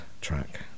track